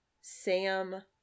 Sam